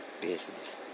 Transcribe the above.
Business